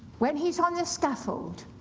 when he's on the scaffold,